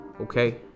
Okay